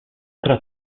tra